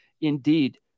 Indeed